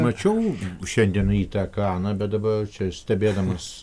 mačiau šiandien rytą ekraną bet dabar čia stebėdamas